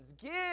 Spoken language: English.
Give